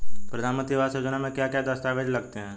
प्रधानमंत्री आवास योजना में क्या क्या दस्तावेज लगते हैं?